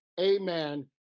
amen